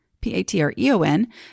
P-A-T-R-E-O-N